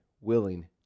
willing